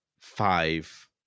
five